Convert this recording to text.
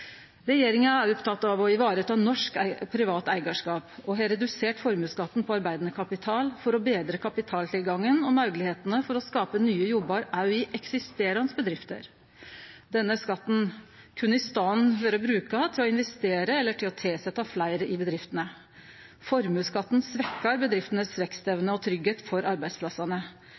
Regjeringa er oppteken av å ta vare på norsk privat eigarskap og har redusert formuesskatten på arbeidande kapital for å betre kapitaltilgangen og moglegheitene for å skape nye jobbar òg i eksisterande bedrifter. Denne skatten kunne i staden vore brukt til å investere eller til å tilsetje fleire i bedriftene. Formuesskatten svekkjer vekstevnene til bedriftene og tryggleiken for arbeidsplassane.